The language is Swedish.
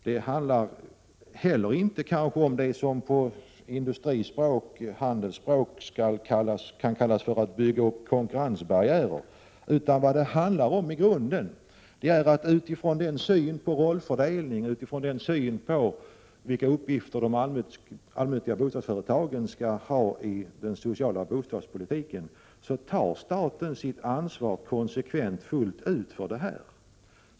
Det handlar kanske heller inte om det som på industrispråk och handelsspråk kan kallas att bygga upp konkurrensbarriärer, utan vad det i grunden rör sig om är att staten utifrån sin syn på rollfördelningen och på vilka uppgifter de allmännyttiga bostadsföretagen skall ha i den sociala bostadspolitiken tar sitt ansvar konsekvent och fullt ut.